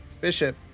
Bishop